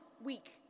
week